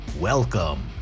Welcome